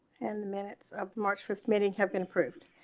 and the minutes of march fifth, many have been approved.